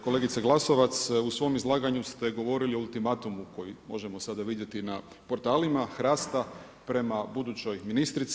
Kolegice Glasovac, u svom izlaganju ste govorili o ultimatumu koji možemo sada vidjeti na portalima HRAST-a prema budućoj ministrici.